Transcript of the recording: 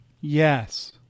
yes